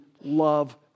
love